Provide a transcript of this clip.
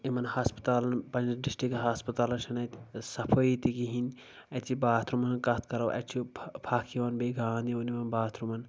یِمن ہسپتالن پننِس ڈسٹرک ہسپتالس چھِنہٕ اتہِ صفٲیی تہِ کہیٖںۍ اتہِ چہِ باتھ روٗمن ہٕنٛز کتھ کرو اتہِ چھ پھکھ یِوان بیٚیہِ گانٛد یِوان یِمن باتھ روٗمن